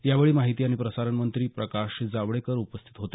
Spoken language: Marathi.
या वेळी माहिती आणि प्रसारण मंत्री प्रकाश जावडेकर उपस्थीत होते